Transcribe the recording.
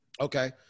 Okay